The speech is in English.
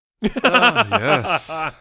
yes